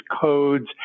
codes